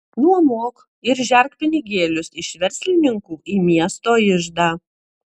nuomok ir žerk pinigėlius iš verslininkų į miesto iždą